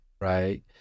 right